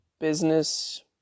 business